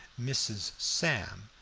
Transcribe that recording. mrs. sam,